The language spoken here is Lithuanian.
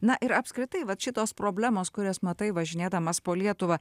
na ir apskritai vat šitos problemos kurias matai važinėdamas po lietuvą